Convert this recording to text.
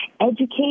educate